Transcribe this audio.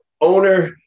owner